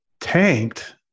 tanked